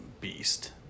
beast